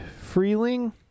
Freeling